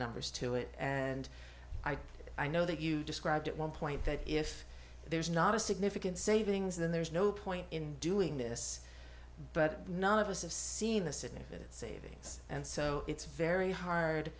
numbers to it and i know that you described at one point that if there's not a significant savings then there's no point in doing this but none of us have seen the significant savings and so it's very hard